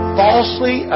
falsely